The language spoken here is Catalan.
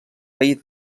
feia